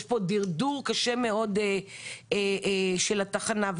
יש פה דרדור קשה מאוד של התחנה,